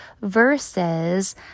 versus